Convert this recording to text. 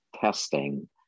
testing